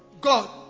God